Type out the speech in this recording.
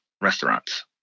restaurants